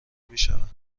میشوند